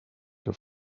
que